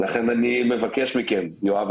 לכן אני מבקש מכם יואב,